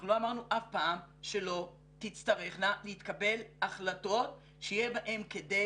אנחנו לא אמרנו אף פעם שלא תצטרכנה להתקבל החלטות שיהיה בהן כדי